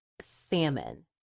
salmon